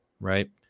right